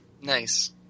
Nice